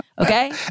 Okay